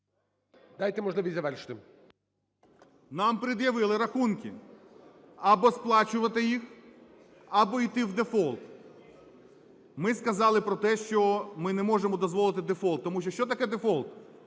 Нам пред'явили рахунки, або сплачувати їх, або йди в дефолт. Ми сказали про те, що ми не можемо дозволити дефолт. Тому що, що таке дефолт?